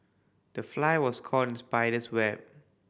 the fly was caught in spider's web